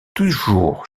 toujours